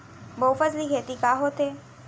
बहुफसली खेती का होथे?